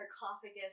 sarcophagus